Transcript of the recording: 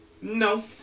No